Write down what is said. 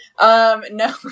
No